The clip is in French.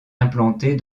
implantée